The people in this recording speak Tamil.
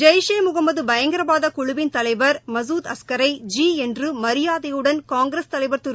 ஜெய் ஷே முகமது பயங்கரவாத குழுவின் தலைவர் மசூத் அஸ்கரை ஜி என்று மரியாதையுடன் காங்கிரஸ் தலைவர் திரு